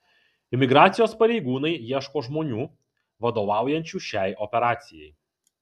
imigracijos pareigūnai ieško žmonių vadovaujančių šiai operacijai